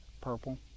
Purple